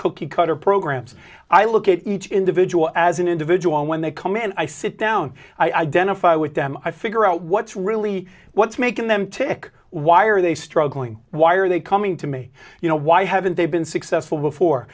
cookie cutter programs i look at each individual as an individual and when they come in i sit down identify with them i figure out what's really what's making them tick why are they struggling why are they coming to me you know why haven't they been successful before